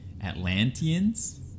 Atlanteans